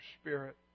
spirit